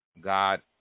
God